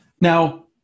Now